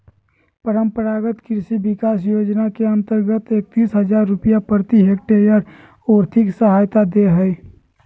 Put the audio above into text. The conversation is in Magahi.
परम्परागत कृषि विकास योजना के अंतर्गत एकतीस हजार रुपया प्रति हक्टेयर और्थिक सहायता दे हइ